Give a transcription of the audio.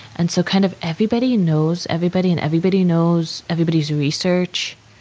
and so kind of everybody knows everybody, and everybody knows everybody's research.